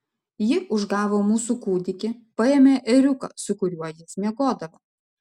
ji užgavo mūsų kūdikį paėmė ėriuką su kuriuo jis miegodavo